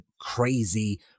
crazy